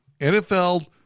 NFL